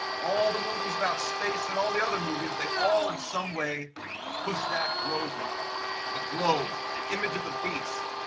all the movies about space and all the other movies, they all in some way push that globe model the globe, the image of the beast.